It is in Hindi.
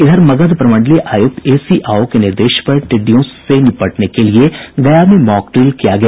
इधर मगध प्रमंडलीय आयुक्त ए सी आओ के निर्देश पर टिड्डियों से निपटने के लिए गया में मॉकड्रिल किया गया